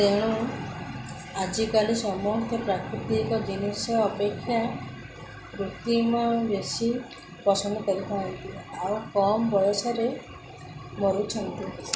ତେଣୁ ଆଜିକାଲି ସମସ୍ତେ ପ୍ରାକୃତିକ ଜିନିଷ ଅପେକ୍ଷା କୃତ୍ରିମ ବେଶୀ ପସନ୍ଦ କରିଥାନ୍ତି ଆଉ କମ୍ ବୟସରେ ମରୁଛନ୍ତି